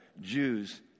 Jews